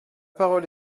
parole